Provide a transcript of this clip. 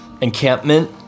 encampment